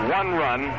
one-run